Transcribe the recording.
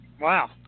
Wow